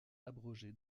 abrogé